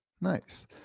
Nice